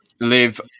live